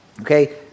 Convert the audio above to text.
Okay